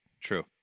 true